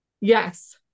yes